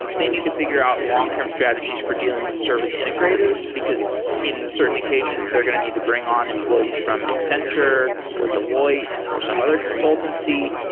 they need to figure out long-term strategies for dealing with service integrators. because in certain occasions, they're going to need to bring on employees from accenture, or deloitte, or some other consultancy.